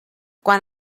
quan